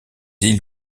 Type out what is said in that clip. îles